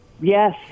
Yes